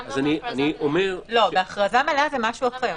גם בהכרזה מלאה.